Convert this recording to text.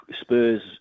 Spurs